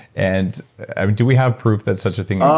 and do we have proof that such a thing ah